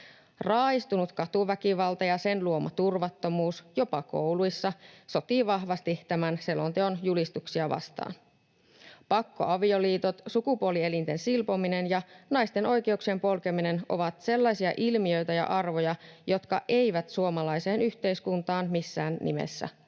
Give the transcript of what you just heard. Raaistunut katuväkivalta ja sen luoma turvattomuus jopa kouluissa sotii vahvasti tämän selonteon julistuksia vastaan. Pakkoavioliitot, sukupuoli-elinten silpominen ja naisten oikeuksien polkeminen ovat sellaisia ilmiöitä ja arvoja, jotka eivät suomalaiseen yhteiskuntaan missään nimessä kuulu.